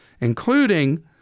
including